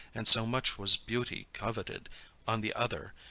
and so much was beauty coveted on the other,